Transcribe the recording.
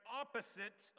opposite